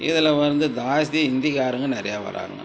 இதில் வந்து ஜாஸ்தி ஹிந்திக்காரங்க நிறையா வராங்க